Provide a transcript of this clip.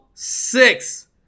six